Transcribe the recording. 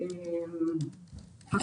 אנחנו יכולים במקרה זה להגיד שהמוצר הוא טוב.